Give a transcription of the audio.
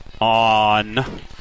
On